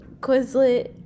Quizlet